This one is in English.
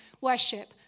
worship